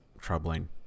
troubling